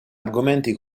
argomenti